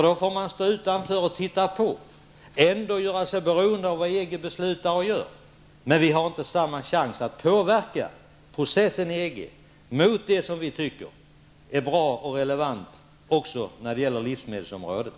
Då får man stå utanför och titta på och ändå vara beroende av vad man inom EG beslutar och gör. Men vi kommer inte få samma chans att påverka processen inom EG i riktning mot det vi tycker är bra och relevant, och det gäller även inom livsmedelsområdet.